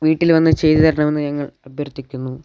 വീട്ടിൽ വന്നു ചെയ്തു തരണമെന്ന് ഞങ്ങൾ അഭ്യർത്ഥിക്കുന്നു